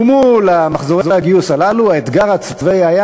ומול מחזורי הגיוס הללו האתגר הצבאי היה